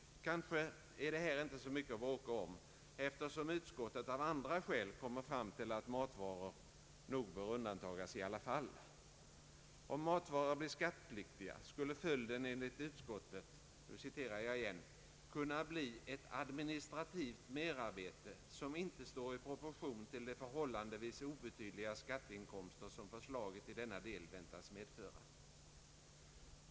Kanske är det här inte så mycket att bråka om, eftersom utskottet av andra skäl kommer fram till att matvaror nog i alla fall bör undantagas. Om matvaror blir skattepliktiga skulle följden enligt utskottet ”kunna bli ett administrativt merarbete som inte står i proportion till de förhållandevis obetydliga skatteinkomster som förslaget i denna del väntas medföra”.